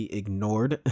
ignored